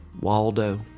Waldo